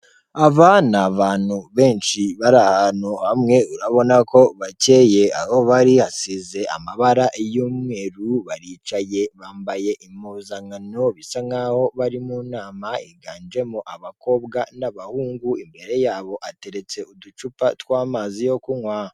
Aba ni abantu benshi bari ahantu hamwe urabona ko bakeye aho bari basize amabara y'umweru baricaye bambaye impuzankano bisa nk'aho bari mu nama higanjemo abakobwa n'abahungu, imbere yabo hateretse uducupa tw'amazi yo kunywa.